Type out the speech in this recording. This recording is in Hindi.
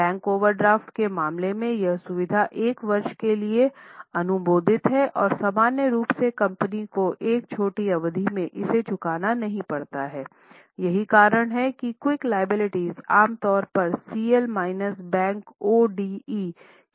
बैंक ओवरड्राफ्ट के मामले में यह सुविधा 1 वर्ष के लिए अनुमोदित है और सामान्य रूप से कंपनी को एक छोटी अवधि में इसे चुकाना नहीं पड़ता है यही कारण है कि क्विक लायबिलिटी आम तौर पर सीएल माइनस बैंक ODE के रूप में माना जाता है